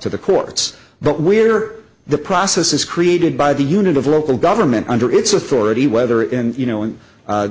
to the courts but we are the process is created by the unit of local government under its authority whether in you know in